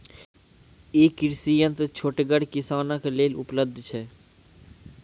ई कृषि यंत्र छोटगर किसानक लेल उपलव्ध छै?